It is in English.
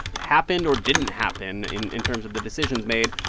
happened or didn't happen in in terms of the decisions made.